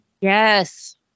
Yes